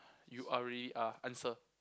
you are ready ah answer